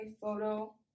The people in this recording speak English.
photo